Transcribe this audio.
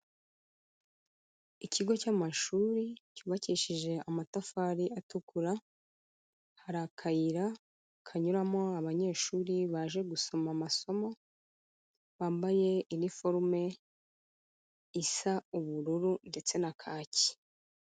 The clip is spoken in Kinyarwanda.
Ikigo cy'amashuri cyubakishije amatafari atukura, hari akayira kanyuramo abanyeshuri baje gusoma amasomo, bambaye iniforume isa ubururu ndetse na kaki.